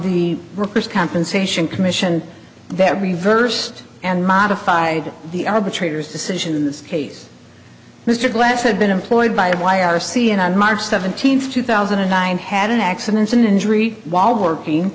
the workers compensation commission that reversed and modified the arbitrator's decision in this case mr glass had been employed by a y r c and on march seventeenth two thousand and nine had an accident an injury while working